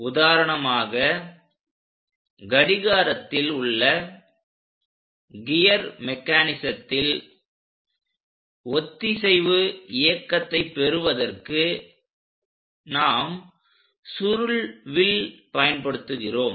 உதாரணமாக கடிகாரத்தில் உள்ள கியர் மெக்கானிசத்தில் ஒத்திசைவு இயக்கத்தை பெறுவதற்கு நாம் சுருள்வில் பயன்படுத்துகிறோம்